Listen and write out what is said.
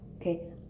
okay